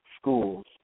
schools